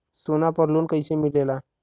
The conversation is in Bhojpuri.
सोना पर लो न कइसे मिलेला?